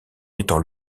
étant